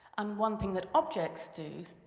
and one thing that objects do,